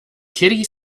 kitty